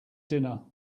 dinner